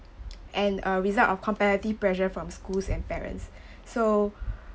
and uh result of competitive pressure from schools and parents so